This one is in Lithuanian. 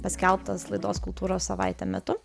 paskelbtas laidos kultūros savaitė metu